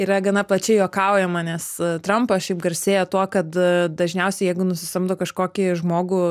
yra gana plačiai juokaujama nes trampas šiaip garsėja tuo kad dažniausiai jeigu nusisamdo kažkokį žmogų